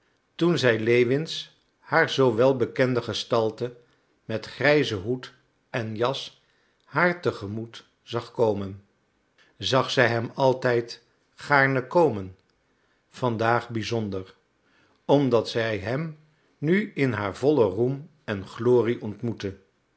toen zij lewins haar zoo welbekende gestalte met grijzen hoed en jas haar te gemoet zag komen zag zij hem altijd gaarne komen van daag bizonder omdat zij hem nu in haar vollen roem en glorie ontmoette